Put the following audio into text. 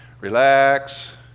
Relax